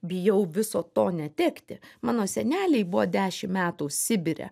bijau viso to netekti mano seneliai buvo dešimt metų sibire